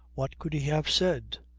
what could he have said?